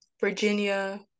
Virginia